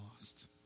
lost